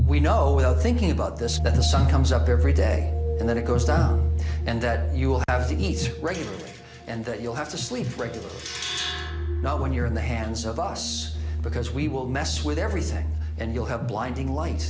we know without thinking about this the sun comes up every day and then it goes up and you will have to eat right and that you'll have to sleep for it not when you're in the hands of us because we will mess with everything and you'll have blinding li